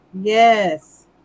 Yes